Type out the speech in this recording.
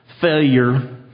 failure